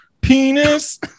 penis